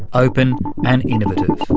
open and innovative.